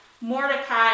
Mordecai